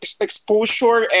exposure